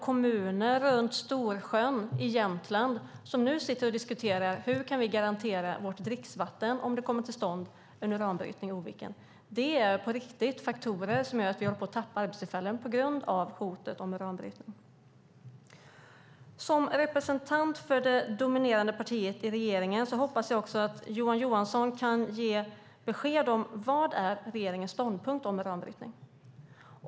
Kommuner runt Storsjön i Jämtland sitter nu och diskuterar: Hur kan vi garantera vårt dricksvatten om det kommer till stånd en uranbrytning i Oviken? Vad är svaret till dem? Detta är på riktigt faktorer som gör att vi håller på att tappa arbetstillfällen på grund av hotet om uranbrytning. Jag hoppas att Johan Johansson, som representant för det dominerande partiet i regeringen, kan ge besked om regeringens ståndpunkt när det gäller uranbrytning.